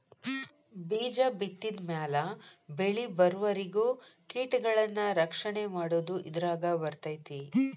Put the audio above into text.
ಬೇಜ ಬಿತ್ತಿದ ಮ್ಯಾಲ ಬೆಳಿಬರುವರಿಗೂ ಕೇಟಗಳನ್ನಾ ರಕ್ಷಣೆ ಮಾಡುದು ಇದರಾಗ ಬರ್ತೈತಿ